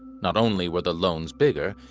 not only were the loans bigger,